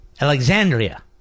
Alexandria